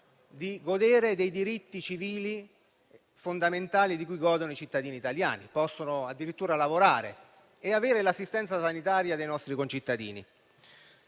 di godere dei diritti civili fondamentali di cui godono i cittadini italiani. Possono addirittura lavorare e avere l'assistenza sanitaria dei nostri concittadini.